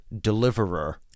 deliverer